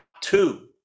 two